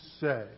say